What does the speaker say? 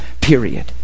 period